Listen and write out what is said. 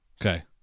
Okay